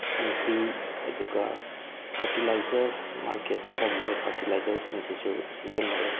ꯁꯟꯊꯤ ꯑꯗꯨꯒ ꯐꯔꯇꯤꯂꯥꯏꯖꯔ ꯃꯥꯔꯀꯦꯠꯇ ꯐꯪꯂꯤꯕ ꯐꯔꯇꯤꯂꯥꯏꯖꯔꯁꯤꯡꯁꯤꯁꯨ ꯁꯤꯖꯤꯟꯅꯔꯦ